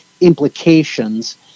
implications